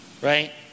Right